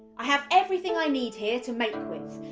i have everything i need here to make with.